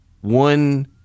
one